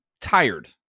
tired